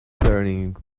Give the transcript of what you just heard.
learning